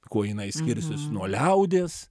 kuo jinai skirsis nuo liaudies